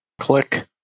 Click